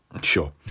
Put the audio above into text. Sure